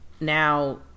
now